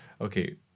okay